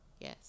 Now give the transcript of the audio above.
Yes